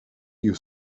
you